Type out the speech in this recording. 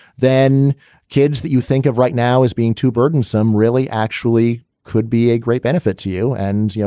then kids that you think of right now is being too burdensome. really actually could be a great benefit to you. and you know,